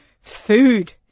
food